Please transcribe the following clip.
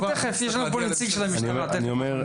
נשמע גם את נציג המשטרה שנמצא איתנו כאן.